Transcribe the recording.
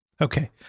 Okay